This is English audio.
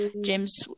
James